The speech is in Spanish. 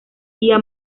día